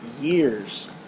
years